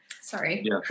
Sorry